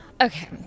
Okay